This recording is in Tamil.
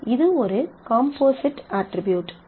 இது ஒரு காம்போசிட் அட்ரிபியூட்